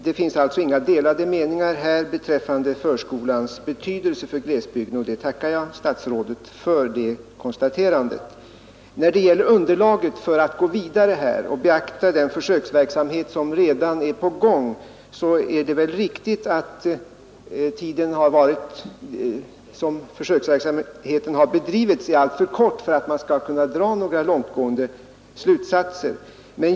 Det finns alltså inga delade meningar beträffande förskolans betydelse för glesbygden, och jag tackar statsrådet för det konstaterandet. När det gäller underlaget för att gå vidare och beakta den försöksverksamhet som redan är i gång är det riktigt att den tid under vilken försöksverksamheten har bedrivits är alltför kort för att man skall kunna dra några långtgående slutsatser.